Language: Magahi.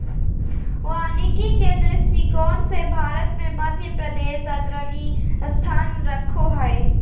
वानिकी के दृष्टिकोण से भारत मे मध्यप्रदेश अग्रणी स्थान रखो हय